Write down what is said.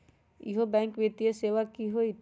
इहु बैंक वित्तीय सेवा की होई?